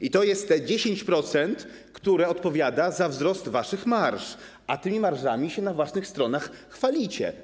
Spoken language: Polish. I to jest te 10%, które odpowiada za wzrost waszych marż, a tymi marżami się na własnych stronach chwalicie.